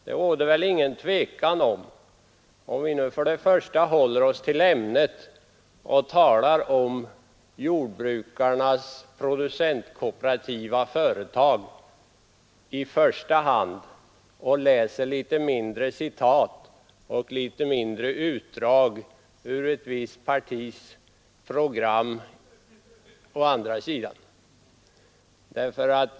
Vi bör hålla oss till ämnet och i första hand tala om jordbrukarnas producentkooperativa företag och läsa litet färre citat och utdrag ur ett visst partis program.